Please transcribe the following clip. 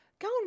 go